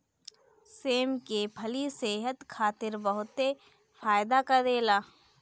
सेम के फली सेहत खातिर बहुते फायदा करेला